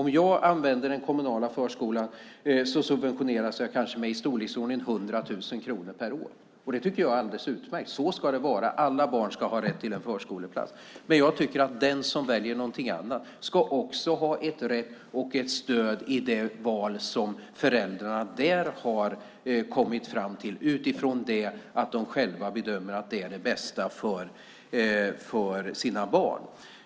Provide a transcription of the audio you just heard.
Om jag använder den kommunala förskolan subventioneras jag med i storleksordningen 100 000 kronor per år. Det tycker jag är alldeles utmärkt. Så ska det vara. Alla barn ska ha rätt till en förskoleplats. Jag tycker samtidigt att de som väljer någonting annat ska ha stöd i det val de som föräldrar kommit fram till, utifrån vad de själva bedömer är det bästa för deras barn.